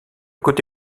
côté